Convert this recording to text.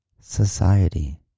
society